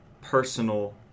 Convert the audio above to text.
personal